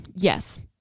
yes